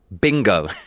Bingo